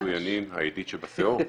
העידית שבשאור?